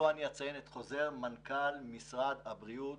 פה אני אציין את חוזר מנכ"ל משרד הבריאות